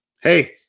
Hey